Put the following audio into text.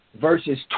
verses